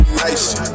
nice